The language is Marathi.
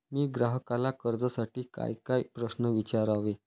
मी ग्राहकाला कर्जासाठी कायकाय प्रश्न विचारावे?